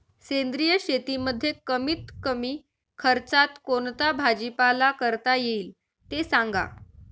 सेंद्रिय शेतीमध्ये कमीत कमी खर्चात कोणता भाजीपाला करता येईल ते सांगा